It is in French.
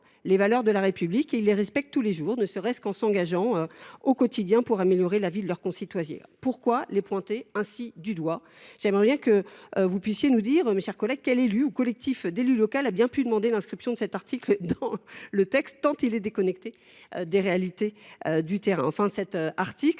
les valeurs de la République. Ils les respectent tous les jours, ne serait ce qu’en s’engageant au quotidien pour améliorer la vie de leurs concitoyens. Pourquoi les pointer ainsi du doigt ? J’aimerais bien que vous puissiez nous dire quel élu ou collectif d’élus locaux a bien pu demander l’inscription dans le texte d’un article aussi déconnecté des réalités du terrain. Enfin, cet article